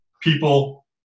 People